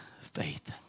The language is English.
faith